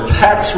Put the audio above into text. tax